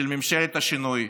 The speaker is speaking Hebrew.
של ממשלת השינוי,